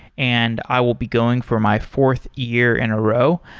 and i will be going for my fourth year in a row.